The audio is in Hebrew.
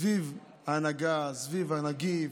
סביב ההנהגה, סביב הנגיף,